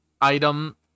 item